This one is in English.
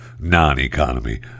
non-economy